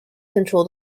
control